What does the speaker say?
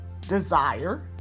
desire